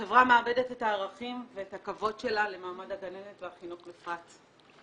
החברה מאבדת את הערכים ואת הכבוד שלה למעמד הגננת והחינוך בפרט.